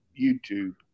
YouTube